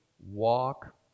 Walk